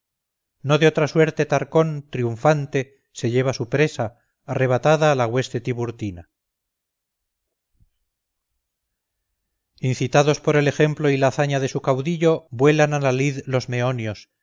no de otra suerte tarcón triunfante se lleva su presa arrebatada a la hueste tiburtina incitados por el ejemplo y la hazaña de su caudillo vuelan a la lid los meonios